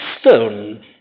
stone